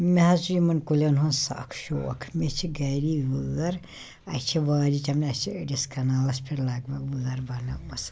مےٚ حظ چھِ یِمَن کُلٮ۪ن ہُنٛد سَخ شوق مےٚ چھِ گَری وٲر اَسہِ چھِ وارِ چَمنہِ اَسہِ چھِ أڑِس کنالَس پٮ۪ٹھ لَگ بَگ وٲر بناومٕژ